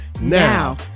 Now